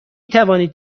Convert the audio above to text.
توانید